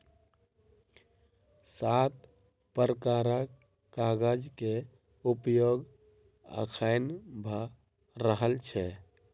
सात प्रकारक कागज के उपयोग अखैन भ रहल छै